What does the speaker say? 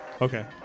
Okay